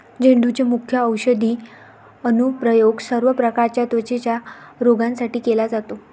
झेंडूचे मुख्य औषधी अनुप्रयोग सर्व प्रकारच्या त्वचेच्या रोगांसाठी केला जातो